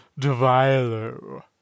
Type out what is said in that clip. DeVilo